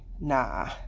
nah